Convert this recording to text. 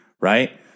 Right